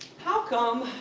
how come,